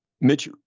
Mitch